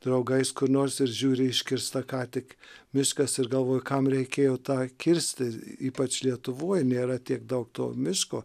draugais kur nors ir žiūri iškirsta ką tik miškas ir galvoju kam reikėjo tą kirsti ypač lietuvoj nėra tiek daug to miško